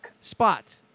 Spot